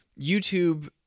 YouTube